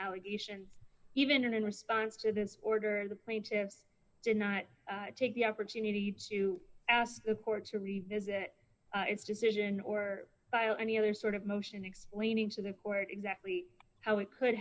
allegations even in response to the order the plaintive did not take the opportunity to ask the court to revisit its decision or any other sort of motion explaining to the court exactly how it could